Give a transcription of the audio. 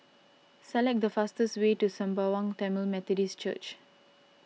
select the fastest way to Sembawang Tamil Methodist Church